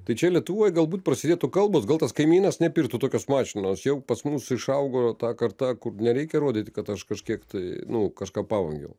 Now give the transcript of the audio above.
tai čia lietuvoj galbūt prasidėtų kalbos gal tas kaimynas nepirktų tokios mašinos jau pas mus išaugo ta karta kur nereikia rodyti kad aš kažkiek tai nu kažką pavogiau